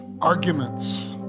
arguments